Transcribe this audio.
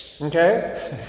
Okay